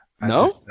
No